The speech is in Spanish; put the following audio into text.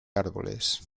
árboles